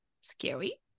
scary